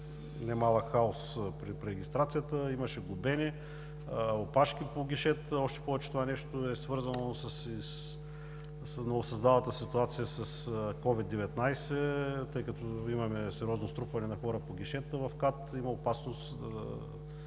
немалък хаос при пререгистрацията, имаше глобени и опашки по гишетата. Още повече това нещо е свързано с новосъздалата се ситуация с COVID-19, тъй като при сериозното струпване на хора по гишетата в КАТ има опасност от